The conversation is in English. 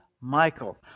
Michael